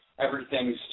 everything's